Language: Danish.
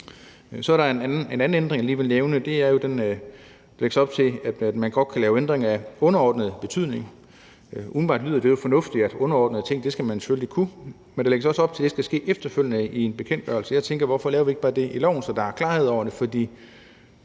Så er der en anden ændring, jeg lige vil nævne, nemlig at der lægges op til, at man godt kan lave ændringer af underordnet betydning. Umiddelbart lyder det jo fornuftigt, at underordnede ting skal man selvfølgelig kunne ændre i, men der lægges også op til, at fastsættelse af reglerne herom skal ske efterfølgende i en bekendtgørelse. Hvorfor laver vi det ikke bare i loven, så der er klarhed over det?